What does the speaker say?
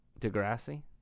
Degrassi